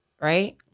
Right